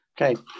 okay